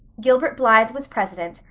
gilbert blythe was president,